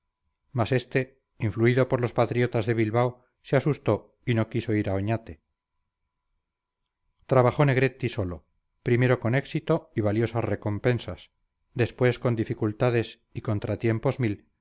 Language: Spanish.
mas este influido por los patriotas de bilbao se asustó y no quiso ir a oñate trabajó negretti solo primero con éxito y valiosas recompensas después con dificultades y contratiempos mil